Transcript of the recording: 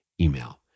email